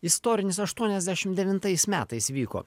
istorinis aštuoniasdešim devintais metais vyko